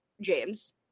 James